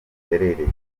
giherereye